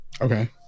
Okay